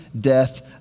death